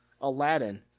Aladdin